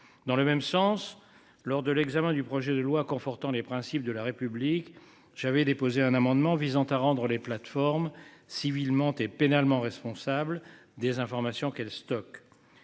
Dans le même sens lors de l'examen du projet de loi confortant les principes de la République. J'avais déposé un amendement visant à rendre les plateformes civilement et pénalement responsable des informations qu'elle stocke.